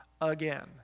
again